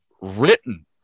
written